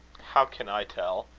how can i tell?